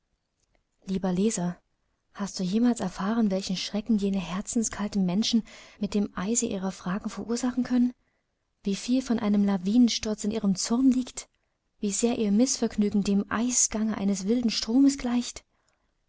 lieber leser hast du jemals erfahren welchen schrecken jene herzenskalten menschen mit dem eise ihrer fragen verursachen können wieviel von einem lawinensturz in ihrem zorn liegt wie sehr ihr mißvergnügen dem eisgange eines wilden stromes gleicht